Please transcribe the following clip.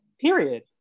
Period